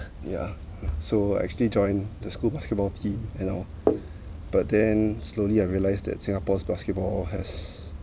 ya so actually joined the school basketball team and all but then slowly I realized that singapore's basketball has